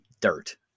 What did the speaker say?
dirt